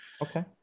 Okay